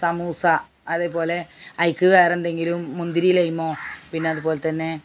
സമൂസ അതേപോലെ ഐക്ക് വേറെന്തെങ്കിലും മുന്തിരി ലൈമോ പിന്നതുപോലെ തന്നെ